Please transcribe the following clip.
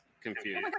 confused